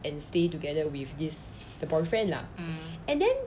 and stay together with this the boyfriend lah and then